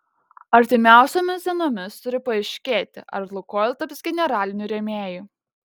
artimiausiomis dienomis turi paaiškėti ar lukoil taps generaliniu rėmėju